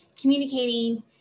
communicating